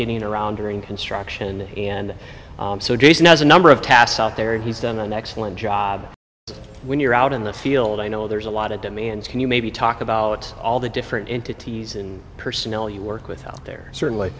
getting around during construction and so jason has a number of tasks out there and he's done an excellent job when you're out in the field i know there's a lot of demands can you maybe talk about all the different entities and personnel you work with out there certainly